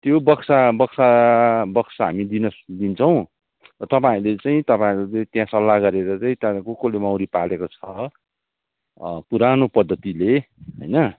त्यो बक्सा बक्सा बक्सा हामी दिन दिन्छौँ र तपाईँहरूले चाहिँ तपाईँहरू त्यहाँ सल्लाह गरेर चाहिँ त्यहाँ को कोले मौरी पालेको छ पुरानो पद्धतिले होइन